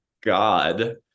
God